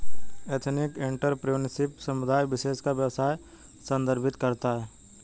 ethnic entrepreneurship समुदाय विशेष का व्यवसाय संदर्भित करता है